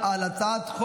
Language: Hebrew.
אני מאמין שתעשה את זה,